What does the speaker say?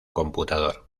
computador